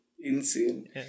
insane